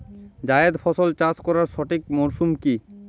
জায়েদ ফসল চাষ করার সঠিক মরশুম কি?